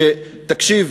תקשיב,